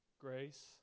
Grace